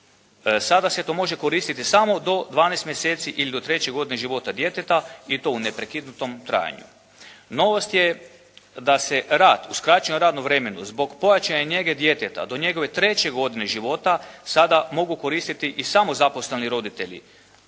Sada se to može koristiti samo do 12 mjeseci ili do 3. godine života djeteta i to u neprekinutom trajanju. Novost je da se rad u skraćenom radnom vremenu zbog pojačane njege djeteta do njegove 3. godine života sada mogu koristi i samozaposleni roditelji.